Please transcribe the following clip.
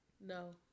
no